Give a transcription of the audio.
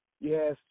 Yes